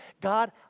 God